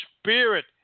spirit